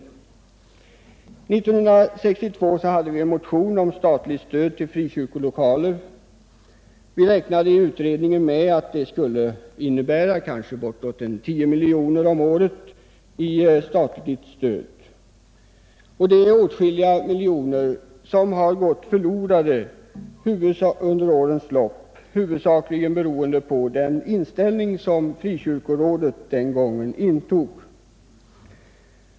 1962 hade vi en motion om statligt stöd till frikyrkolokaler, vi räknade i utredningen med att det skulle innebära kanske bortåt 10 miljoner kronor om året i statligt stöd. Åtskilliga miljoner har under årens lopp gått förlorade, huvudsakligen beroende på den ställning som frikyrkorådet den gången intog.